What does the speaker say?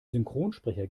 synchronsprecher